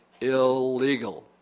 illegal